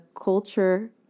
culture